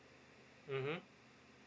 mmhmm